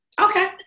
Okay